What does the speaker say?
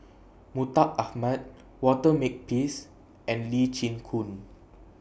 Mustaq Ahmad Walter Makepeace and Lee Chin Koon